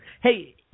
Hey